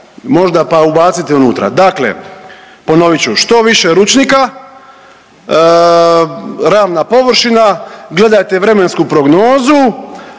možda pa ubaciti unutra. Dakle ponovit ću, što više ručnika, ravna površina, gledajte vremensku prognozu